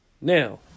Now